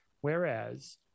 whereas